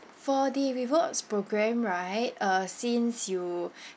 for the rewards programme right uh since you